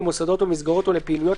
במוסדות או במסגרות או לפעילויות,